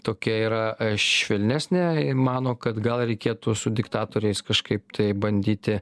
tokia yra švelnesnė ir mano kad gal reikėtų su diktatoriais kažkaip tai bandyti